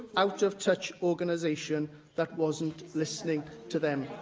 out-of-touch organisation that wasn't listening to them.